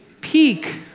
peak